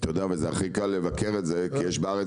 אתה יודע אבל הכי קל לבקר את זה כי בארץ